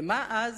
ומה אז?